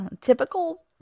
typical